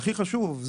והכי חשוב,